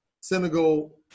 Senegal